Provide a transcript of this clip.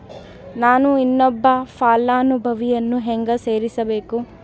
ನಾನು ಇನ್ನೊಬ್ಬ ಫಲಾನುಭವಿಯನ್ನು ಹೆಂಗ ಸೇರಿಸಬೇಕು?